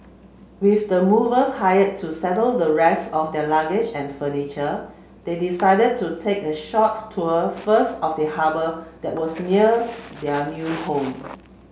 with the movers hired to settle the rest of their luggage and furniture they decided to take a short tour first of the harbour that was near their new home